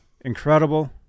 incredible